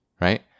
right